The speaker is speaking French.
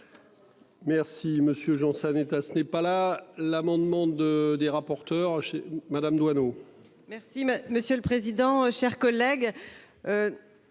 Merci, monsieur Jean Sanitas n'est pas là. L'amendement de des rapporteurs chez madame Jouanno. Merci monsieur le président, chers collègues.